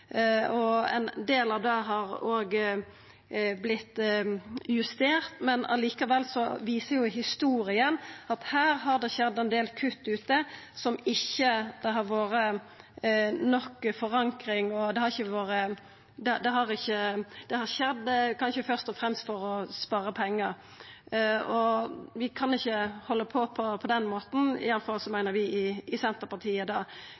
Ein del av det har vorte justert, men historia viser at her har det skjedd ein del kutt ute som ikkje har vore godt nok forankra. Det har kanskje først og fremst vore gjort for å spara pengar. Vi kan ikkje halda på på den måten. I alle fall meiner vi i Senterpartiet